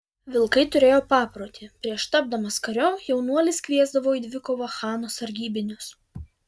vilkai turėjo paprotį prieš tapdamas kariu jaunuolis kviesdavo į dvikovą chano sargybinius